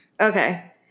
Okay